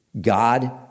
God